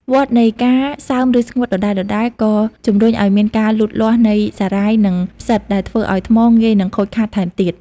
វដ្តនៃការសើមឫស្ងួតដដែលៗ ក៏ជំរុញឱ្យមានការលូតលាស់នៃសារាយ និងផ្សិត ដែលធ្វើឱ្យថ្មងាយនឹងខូចខាតថែមទៀត។